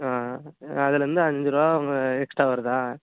ஆ அதுலேருந்து அஞ்சு ரூபா அவங்க எக்ஸ்ட்ரா வருதா